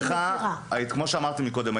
כמו שאמרתי קודם,